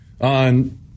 on